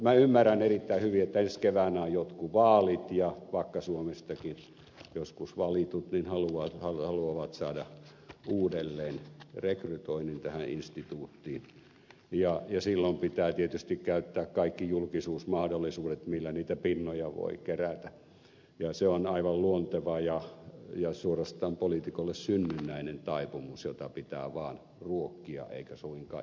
minä ymmärrän erittäin hyvin että ensi keväänä on jotkut vaalit ja vakka suomestakin joskus valitut haluavat saada uudelleen rekrytoinnin tähän instituuttiin ja silloin pitää tietysti käyttää kaikki julkisuusmahdollisuudet millä niitä pinnoja voi kerätä ja se on aivan luonteva ja suorastaan poliitikolle synnynnäinen taipumus jota pitää vaan ruokkia eikä suinkaan inhiboida